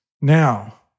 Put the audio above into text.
Now